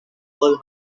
all